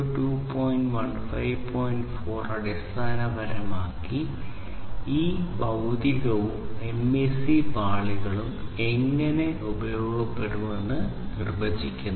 4 അടിസ്ഥാനപരമായി ഈ ഭൌതികവും MAC പാളികളും എങ്ങനെ ഉപയോഗിക്കപ്പെടുമെന്ന് നിർവ്വചിക്കുന്നു